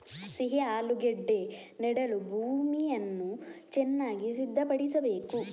ಸಿಹಿ ಆಲೂಗೆಡ್ಡೆ ನೆಡಲು ಭೂಮಿಯನ್ನು ಚೆನ್ನಾಗಿ ಸಿದ್ಧಪಡಿಸಬೇಕು